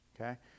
okay